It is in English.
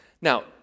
Now